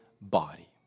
body